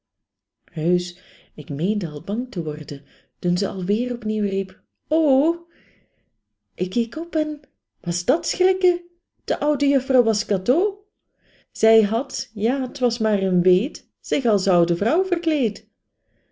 heusch ik meende al bang te worden toen ze alweer opnieuw riep o ik keek op en was dat schrikken de oude juffrouw was kato zij had ja t was maar een weet zich als oude vrouw verkleed